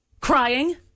Crying